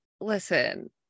listen